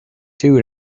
two